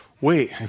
Wait